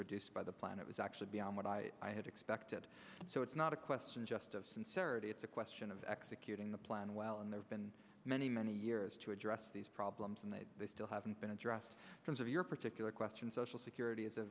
reduced by the plan it was actually beyond what i i had expected so it's not a question just of sincerity it's a question of executing the plan well and there have been many many years to address these problems and they still haven't been addressed because of your particular question social security is